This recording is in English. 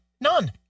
None